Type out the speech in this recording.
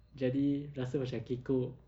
jadi rasa macam kekok